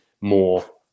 more